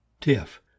Tiff